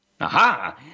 Aha